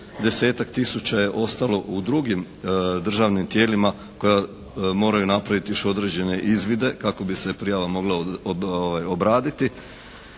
desetak tisuća je ostalo u drugim državnim tijelima koja moraju napraviti još određene izvide kako bi se prijava mogla obraditi.